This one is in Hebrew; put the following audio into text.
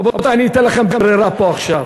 רבותי, אני אתן לכם ברירה פה עכשיו.